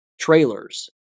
trailers